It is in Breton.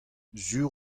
sur